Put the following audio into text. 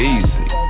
Easy